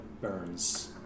burns